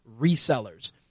resellers